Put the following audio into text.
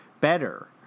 better